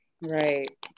Right